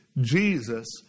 Jesus